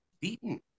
beaten